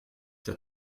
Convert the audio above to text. der